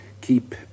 keep